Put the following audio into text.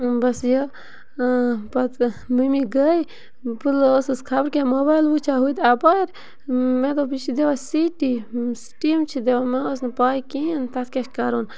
بَس یہِ پَتہٕ مٔمی گٔے بہٕ ٲسٕس خبر کیٛاہ موبایِل وٕچھان ہُتہِ اَپارِ مےٚ دوٚپ یہِ چھِ دِوان سیٖٹی سِٹیٖم چھِ دِوان مےٚ ٲس نہٕ پَے کِہیٖنۍ تَتھ کیٛاہ کَرُن